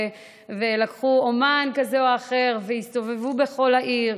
ולקחו אומן כזה או אחר והסתובבו בכל העיר,